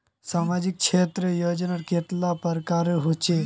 सामाजिक क्षेत्र योजनाएँ कतेला प्रकारेर होचे?